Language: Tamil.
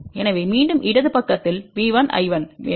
எனவே மீண்டும்இடது பக்கத்தில்V1I1வேண்டும்